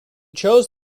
chose